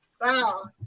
Wow